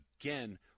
again